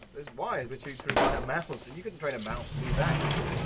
those wires were chewed through by a mouse, and you couldn't train a mouse to do that, could you?